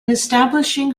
establishing